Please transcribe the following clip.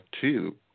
two